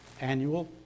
annual